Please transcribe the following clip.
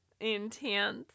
intense